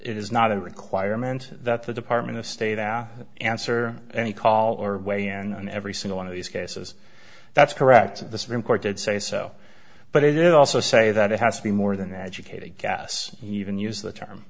it is not a requirement that the department of state answer any call or weigh in on every single one of these cases that's correct the supreme court did say so but it also say that it has to be more than educated guess even use the term